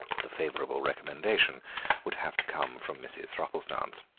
the favourable recommendation would have to come from mrs. thropplestance.